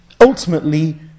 ultimately